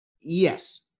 Yes